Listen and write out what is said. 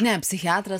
ne psichiatras